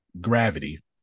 gravity